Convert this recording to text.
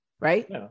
right